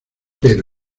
pero